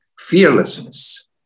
Fearlessness